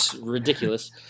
Ridiculous